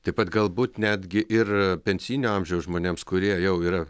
taip pat galbūt netgi ir pensijinio amžiaus žmonėms kurie jau yra